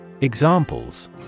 Examples